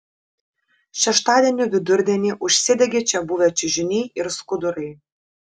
šeštadienio vidurdienį užsidegė čia buvę čiužiniai ir skudurai